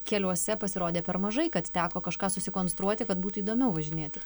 keliuose pasirodė per mažai kad teko kažką susikonstruoti kad būtų įdomiau važinėti